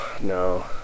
no